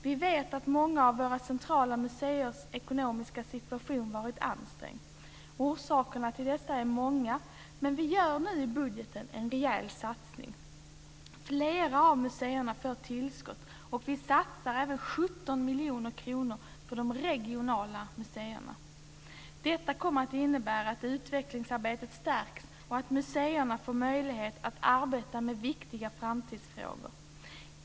Vi vet att många av våra centrala museers ekonomiska situation varit ansträngd. Orsakerna till detta är många, men vi gör nu i budgeten en rejäl satsning. Flera av museerna får tillskott, och vi satsar även 17 miljoner kronor på de regionala museerna. Detta kommer att innebära att utvecklingsarbetet stärks och att museerna får möjlighet att arbeta med viktiga framtidsfrågor.